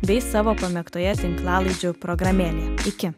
bei savo pamėgtoje tinklalaidžių programėlėje iki